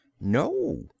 No